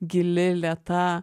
gili lėta